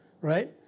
right